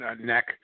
neck